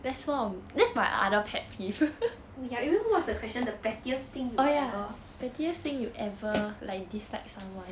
oh ya you know what's the question the pettiest thing you ever